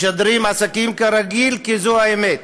משדרים עסקים כרגיל, כי זו האמת.